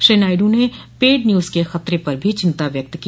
श्री नायडू ने paid news के खतरे पर भी चिंता व्यक्त की